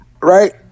Right